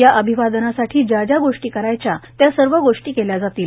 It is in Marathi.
या अभिवादनासाठी ज्या ज्या गोष्टी करायच्या त्या सर्व गोष्टी केल्या जातील